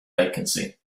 vacancy